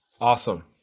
Awesome